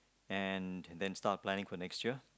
and then start planning for next year